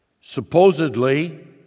supposedly